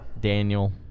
Daniel